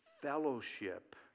fellowship